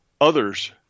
Others